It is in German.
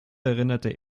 erinnerte